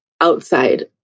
outside